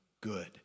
good